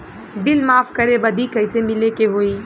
Bill माफ करे बदी कैसे मिले के होई?